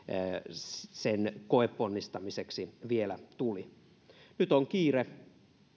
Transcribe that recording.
sen koeponnistamiseksi vielä tuli nyt on kiire